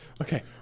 Okay